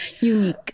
Unique